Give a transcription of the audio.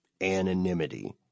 anonymity